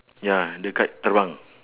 ya the kite turn around